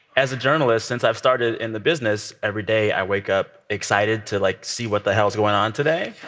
as a journalist, since i've started in the business, every day i wake up excited to, like, see what the hell is going on today.